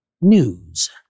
news